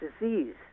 disease